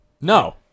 No